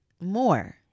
more